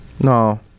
No